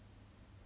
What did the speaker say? complicated